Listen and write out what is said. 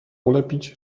ulepić